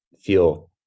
feel